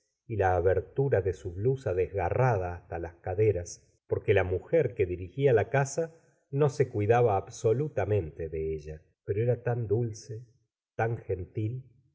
y la abertura de su blusa desgarrada hasta las caderas porque la mujer que dirigía la casa no se cuidaba absolutamente de ella pero era tan dulce tan gentil